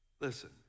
Listen